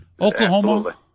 Oklahoma